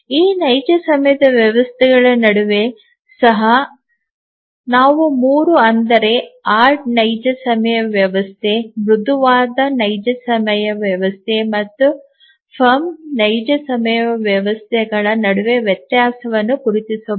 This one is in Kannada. ಈ ನೈಜ ಸಮಯ ವ್ಯವಸ್ಥೆಗಳ ನಡುವೆ ಸಹ ನಾವು ಮೂರು ಅಂದರೆ ಹಾರ್ಡ್ ನೈಜ ಸಮಯ ವ್ಯವಸ್ಥೆ ಮೃದುವಾದ ನೈಜ ಸಮಯ ವ್ಯವಸ್ಥೆ ಮತ್ತು ದೃ real ವಾದ ನೈಜ ಸಮಯ ವ್ಯವಸ್ಥೆಗಳ ನಡುವೆ ವ್ಯತ್ಯಾಸವನ್ನು ಗುರುತಿಸಬಹುದು